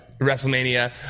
WrestleMania